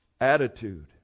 Attitude